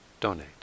donate